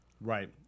Right